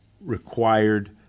required